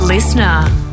Listener